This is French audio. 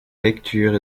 lecture